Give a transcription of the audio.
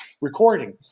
recording